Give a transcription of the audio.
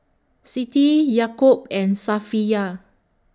Siti Yaakob and Safiya